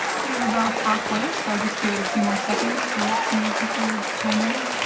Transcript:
we're about halfway. so i'll just give it a few more seconds to let some more people chime in.